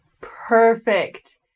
Perfect